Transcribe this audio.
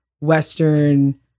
Western